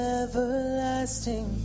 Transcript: everlasting